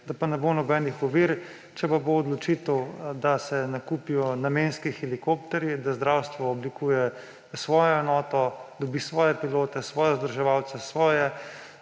Da pa ne bo nobenih ovir, če pa bo odločitev, da se nakupijo namenski helikopterji, da zdravstvo oblikuje svojo enoto, dobi svoje pilote, svoje vzdrževalce, svoje